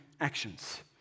actions